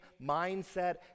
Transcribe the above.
mindset